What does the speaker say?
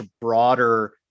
broader